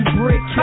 brick